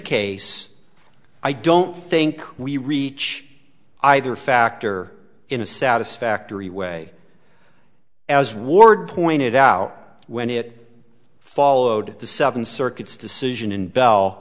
case i don't think we reach either factor in a satisfactory way as ward pointed out when it followed the seven circuits decision in bell